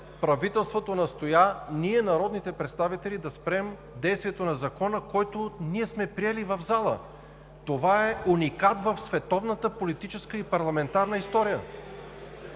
Правителството настоя ние, народните представители, да спрем действието на Закона, който сме приели в залата. Това е уникат в световната, политическата и парламентарната история!